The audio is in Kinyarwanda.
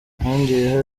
yongeyeho